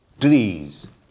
trees